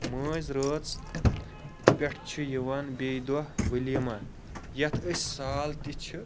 مٲنٛزِ رٲژ پٮ۪ٹھ چھِ یِوان بیٚیہِ دۄہ ولیمہ یتھ أسۍ سال تہِ چھِ